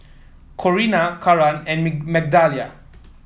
Corrina Karan and Migdalia